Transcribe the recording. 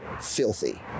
filthy